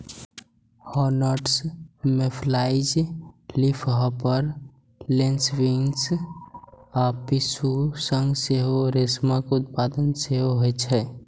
hornets, mayflies, leafhopper, lacewings आ पिस्सू सं सेहो रेशमक उत्पादन होइ छै